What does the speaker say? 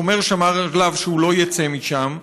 שומר שמר עליו שהוא לא יצא משם.